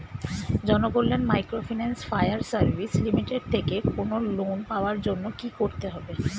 Janakalyan microfinance fire service limited থেকে loan পাওয়ার জন্য কি করতে হবে?